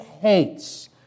hates